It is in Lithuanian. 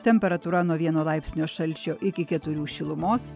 temperatūra nuo vieno laipsnio šalčio iki keturių šilumos